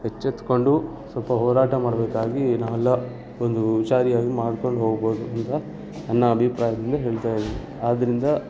ಎಚ್ಚೆತ್ತುಕೊಂಡು ಸ್ವಲ್ಪ ಹೋರಾಟ ಮಾಡಬೇಕಾಗಿ ನಾವೆಲ್ಲ ಒಂದು ಹುಷಾರಿಯಾಗಿ ಮಾಡ್ಕೊಂಡು ಹೋಗ್ಬೋದು ಅಂತ ನನ್ನ ಅಭಿಪ್ರಾಯದಿಂದ ಹೇಳ್ತಾ ಇದ್ದೀನಿ ಆದ್ದರಿಂದ